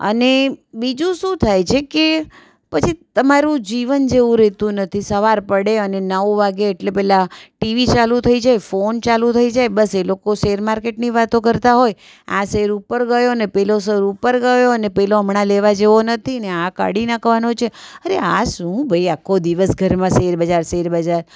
અને બીજું શું થાય છે કે પછી તમારું જીવન જેવું રહેતું નથી સવાર પડે અને નવ વાગે એટલે પહેલાં ટીવી ચાલુ થઈ જાય ફોન ચાલુ થઈ જાય બસ એ લોકો શેરમાર્કેટની વાતો કરતા હોય આ શેર ઉપર ગયો ને પેલો શેર ઉપર ગયો અને પેલો હમણાં લેવા જેવો નથી અને આ કાઢી નાખવાનો છે અરે આ શું ભાઈ આખો દિવસ ઘરમાં શેરબજાર શેરબજાર